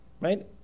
Right